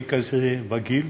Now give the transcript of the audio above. אני כזה בגיל,